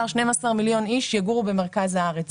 ש-11 מיליון, 12 מיליון איש יגורו במרכז הארץ.